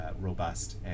robust